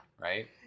right